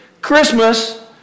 Christmas